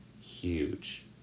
huge